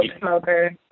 Smoker